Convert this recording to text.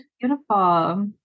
beautiful